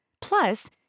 Plus